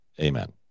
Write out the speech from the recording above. Amen